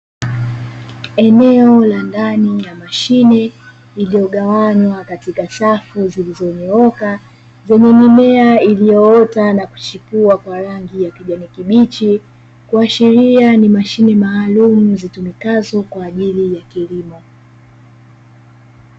Eneo la ndani ya mashine iliyogawanywa katika safu zilizonyooka yenye mimea iliyoota na kuchipua kwa rangi ya kijani kibichi, kuashiria ni mashine maalumu zitumikazo kwa ajili ya kilimo.